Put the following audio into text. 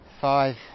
five